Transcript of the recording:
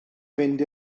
fynd